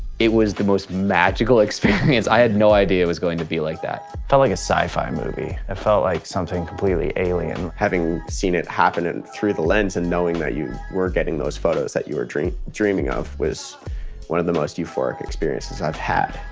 it was the most magical experience. i had no idea it was going to be like that. felt like a sci-fi movie it felt like something completely alien. having seen it happen and through the lens and knowing that you were getting those photos that you were dreaming dreaming of was one of the most euphoric experiences i've had